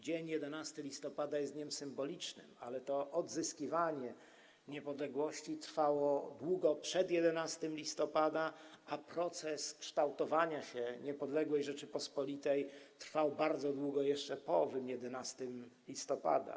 Dzień 11 listopada jest dniem symbolicznym, ale odzyskiwanie niepodległości trwało długo przed 11 listopada, a proces kształtowania się niepodległej Rzeczypospolitej trwał bardzo długo jeszcze po owym 11 listopada.